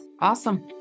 Awesome